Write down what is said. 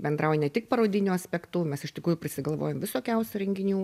bendrauja ne tik parodiniu aspektu mes iš tikrųjų prisigalvojam visokiausių renginių